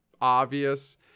obvious